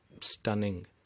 Stunning